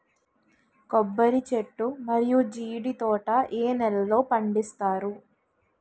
కొబ్బరి చెట్లు మరియు జీడీ తోట ఏ నేలల్లో పండిస్తారు?